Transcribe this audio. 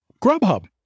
Grubhub